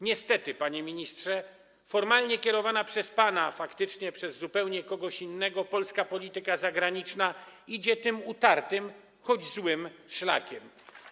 Niestety, panie ministrze, formalnie kierowana przez pana, a faktycznie przez kogoś zupełnie innego, polska polityka zagraniczna idzie tym utartym, choć złym szlakiem.